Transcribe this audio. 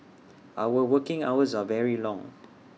our working hours are very long